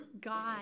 God